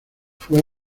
fue